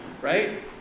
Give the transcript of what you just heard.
right